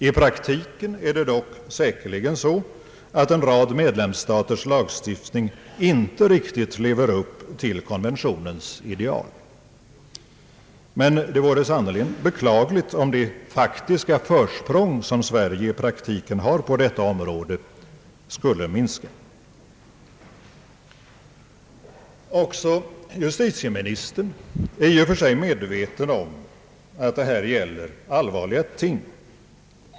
I praktiken är det dock säkerligen så, att en rad medlemsstaters lagstiftning inte riktigt lever upp till konventionens ideal. Det vore emellertid beklagligt om det faktiska försprång som Sverige i praktiken har på detta område skulle minska. Justitieministern är också i och för sig medveten om att det här gäller allvarliga ting.